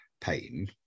pain